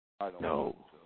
No